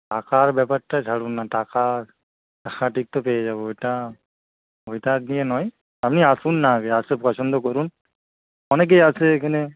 টাকার ব্যাপারটা ছাড়ুন না টাকা ঠিক তো পেয়ে যাব ওইটা ওইটা দিয়ে নয় আপনি আসুন না আগে আসে পছন্দ করুন অনেকে আসে এখানে